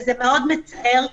זה מאוד מצער,